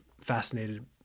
fascinated